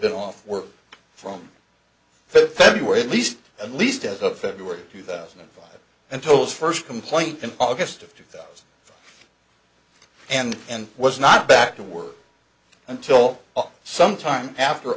been off work from february at least at least as of february two thousand and five and told first complaint in august of two thousand and and was not back to work until some time after